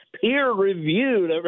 peer-reviewed